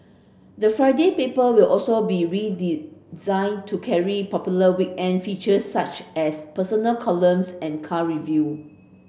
the Friday paper will also be redesigned to carry popular weekend features such as personal columns and car review